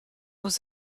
was